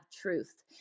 truth